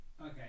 Okay